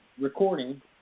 recording